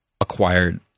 acquired